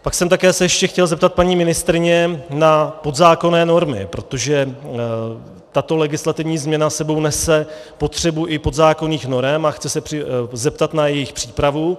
Pak jsem také se ještě chtěl zeptat paní ministryně na podzákonné normy, protože tato legislativní změna s sebou nese potřebu i podzákonných norem, a chci se zeptat na jejich přípravu.